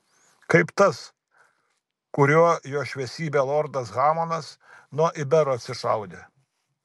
kaip tas kuriuo jo šviesybė lordas hamonas nuo iberų atsišaudė